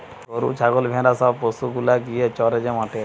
গরু ছাগল ভেড়া সব পশু গুলা গিয়ে চরে যে মাঠে